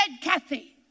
Kathy